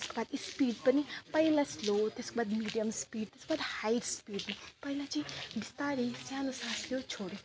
त्यसको बाद स्पिड पनि पहिला स्लो त्यसको बाद मिडियम स्पिड त्यसको बाद हाई स्पिड पहिला चाहिँ बिस्तारै सानो सास लियो छोड्यो